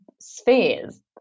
spheres